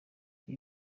ibi